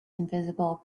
invisible